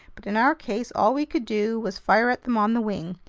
but in our case, all we could do was fire at them on the wing,